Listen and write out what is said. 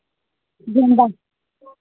गेंदा